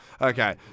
Okay